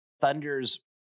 thunder's